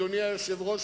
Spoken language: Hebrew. אדוני היושב-ראש,